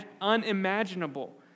unimaginable